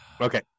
Okay